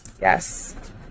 Yes